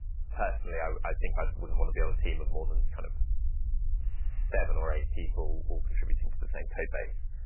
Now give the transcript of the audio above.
personally, i i think i wouldn't want to build a team of more than kind of seven or eight people all contributing to the same codebase.